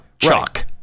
chalk